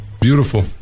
beautiful